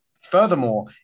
Furthermore